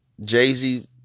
Jay-Z